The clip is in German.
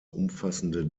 umfassende